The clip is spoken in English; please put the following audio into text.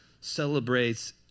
celebrates